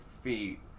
feet